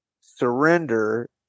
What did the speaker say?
Surrender